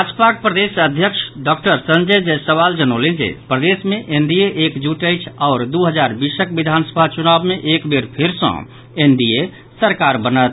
भाजपाक प्रदेश अध्यक्ष डॉक्टर संजय जयसवाल जनौलनि जे प्रदेश मे एनडीए एकजुट अछि आओर दू हजार बीसक विधानसभा चुनाव मे एक बेर फेर सॅ एनडीए सरकार बनत